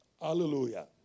Hallelujah